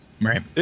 Right